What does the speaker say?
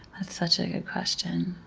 that's such a good question.